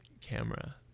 camera